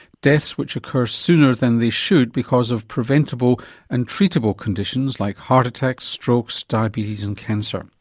deaths which occur sooner than they should because of preventable and treatable conditions like heart attacks, strokes, diabetes and cancer.